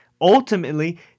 ultimately